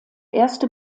erste